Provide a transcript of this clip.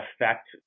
affect